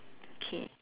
okay